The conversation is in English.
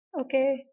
Okay